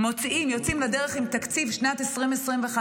כשיוצאים לדרך עם תקציב שנת 2025,